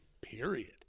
Period